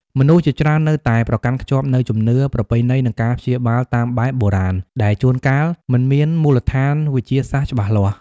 មនុស្សជាច្រើននៅតែប្រកាន់ខ្ជាប់នូវជំនឿប្រពៃណីនិងការព្យាបាលតាមបែបបុរាណ ដែលជួនកាលមិនមានមូលដ្ឋានវិទ្យាសាស្ត្រច្បាស់លាស់។